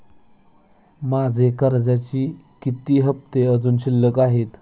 माझे कर्जाचे किती हफ्ते अजुन शिल्लक आहेत?